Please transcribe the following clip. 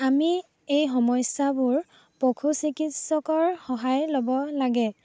আমি এই সমস্যাবোৰ পশু চিকিৎসকৰ সহায় ল'ব লাগে